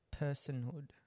personhood